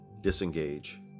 disengage